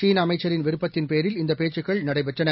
சீன அமைச்சரின் விருப்பத்தின் பேரில் இந்தப் பேச்சுக்கள் நடைபெற்றன